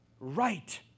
Right